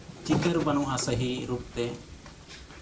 ᱪᱤᱛᱟᱹᱨ ᱵᱟᱹᱱᱩᱜᱼᱟ ᱥᱟᱹᱦᱤ ᱨᱩᱯᱛᱮ